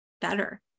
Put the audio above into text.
better